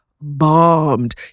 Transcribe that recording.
bombed